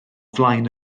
flaen